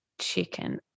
chicken